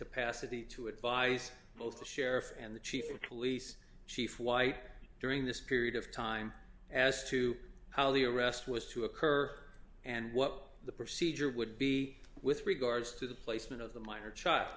capacity to advise both the sheriff and the chief of police chief white during this period of time as to how the arrest was to occur and what the procedure would be with regards to the placement of the minor ch